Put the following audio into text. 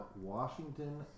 Washington